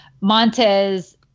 Montez